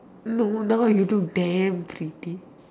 no now you look damn pretty